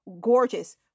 gorgeous